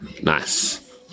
Nice